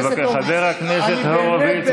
חבר הכנסת הורוביץ,